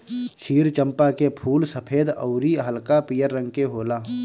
क्षीर चंपा के फूल सफ़ेद अउरी हल्का पियर रंग के होला